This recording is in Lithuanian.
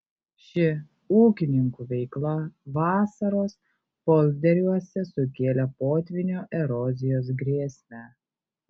ši ūkininkų veikla vasaros polderiuose sukėlė potvynio erozijos grėsmę